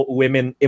women